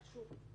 קודם כל,